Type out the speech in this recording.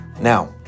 Now